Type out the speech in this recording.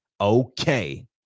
okay